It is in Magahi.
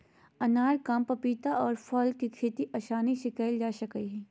अनार, आम, पपीता और बेल फल के खेती आसानी से कइल जा सकय हइ